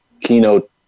keynote